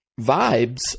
vibes